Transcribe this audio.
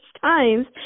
times